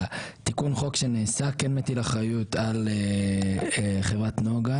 תיקון החוק שנעשה כן מטיל אחריות על חברת נגה.